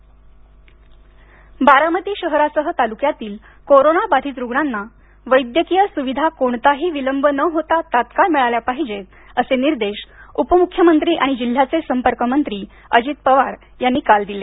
बारामती बारामती शहरासह तालुक्यातील कोरोना बाधित रूग्णांना वैद्यकीय सुविधा कोणताही विलंब न होता तत्काळ मिळाल्या पाहिजेत असे निर्देश उपमुख्यमंत्री आणि जिल्ह्याचे संपर्कमंत्री अजित पवार यांनी काल दिले